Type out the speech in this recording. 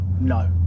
no